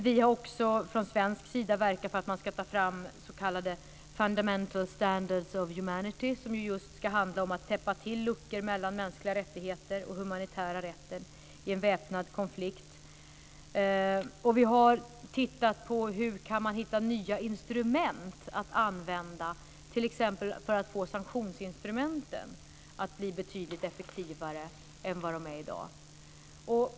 Vi har från svensk sida också verkat för att man ska ta fram s.k. fundamental standards of humanity, som ska handla om att täppa till luckor mellan mänskliga rättigheter och den humanitära rätten i en väpnad konflikt. Vi har också tittat på hur man kan hitta nya instrument att använda. Vi har t.ex. tittat på hur man kan få sanktionsinstrumenten att bli betydligt effektivare än vad de är i dag.